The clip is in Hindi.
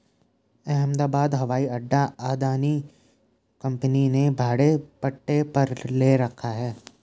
अहमदाबाद हवाई अड्डा अदानी कंपनी ने भाड़े पट्टे पर ले रखा है